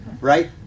right